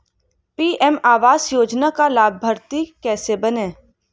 PM Awas Yojana का लाभर्ती कैसे बनें?